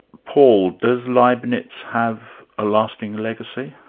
paul, does leibnitz have a lasting legacy?